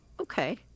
Okay